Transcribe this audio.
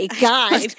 God